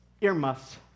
Earmuffs